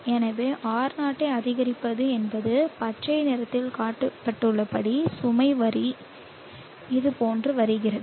எனவே R0 ஐ அதிகரிப்பது என்பது பச்சை நிறத்தில் காட்டப்பட்டுள்ளபடி சுமை வரி இதுபோன்று வருகிறது